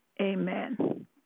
Amen